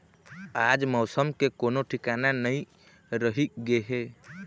आज मउसम के कोनो ठिकाना नइ रहि गे हे